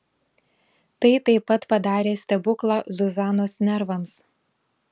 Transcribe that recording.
tai taip pat padarė stebuklą zuzanos nervams